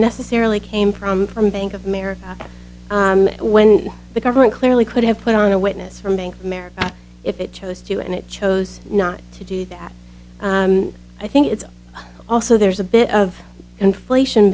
necessarily came from from bank of america when the government clearly could have put on a witness from bank of america if it chose to and it chose not to do that i think it's also there's a bit of inflation